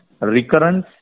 recurrence